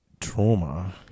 trauma